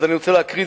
אז אני רוצה להקריא.